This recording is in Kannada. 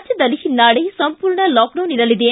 ರಾಜ್ಞದಲ್ಲಿ ನಾಳೆ ಸಂಪೂರ್ಣ ಲಾಕ್ಡೌನ್ ಇರಲಿದೆ